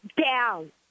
down